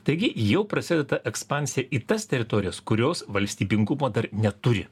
taigi jau prasideda ta ekspansija į tas teritorijas kurios valstybingumo dar neturi